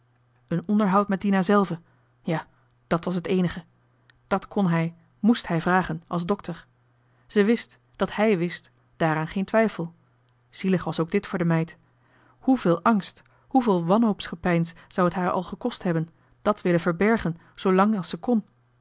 een onderhoud met dina zelve ja dat was het eenige dat kon hij moest hij vragen als dokter ze wist dat hj wist daaraan geen twijfel zielig was ook dit voor de meid heveel angst hoeveel wanhoopsgepeins zou het haar al gekost hebben dat willen verbergen zoo lang als ze kon